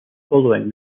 following